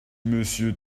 monsieur